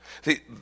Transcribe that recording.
See